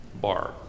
bar